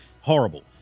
Horrible